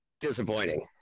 disappointing